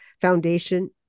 foundation